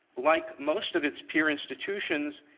like most of its peer institutions,